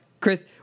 Chris